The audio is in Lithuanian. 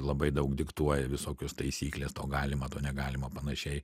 labai daug diktuoja visokios taisyklės to galima to negalima panašiai